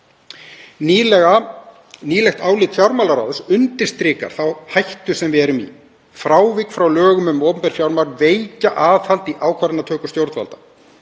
Nýlegt álit fjármálaráðs undirstrikar þá hættu sem við erum í. Frávik frá lögum um opinber fjármál veikja aðhald í ákvarðanatöku stjórnvalda.